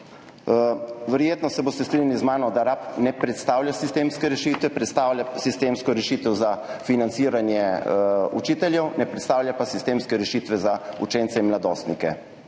Verjetno se boste strinjali z mano, da RaP ne predstavlja sistemske rešitve. Predstavlja sistemsko rešitev za financiranje učiteljev, ne predstavlja pa sistemske rešitve za učence in mladostnike.